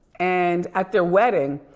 and at their wedding,